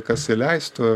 kas įleistų